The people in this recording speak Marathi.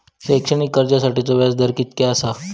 शैक्षणिक कर्जासाठीचो व्याज दर कितक्या आसा?